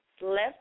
left